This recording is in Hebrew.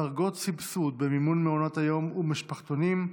דרגות סבסוד במימון מעונות היום ומשפחתונים,